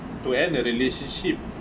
to end the relationship